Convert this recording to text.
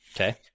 Okay